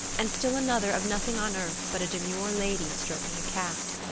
and still another of nothing on earth but a demure lady stroking a cat.